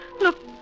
Look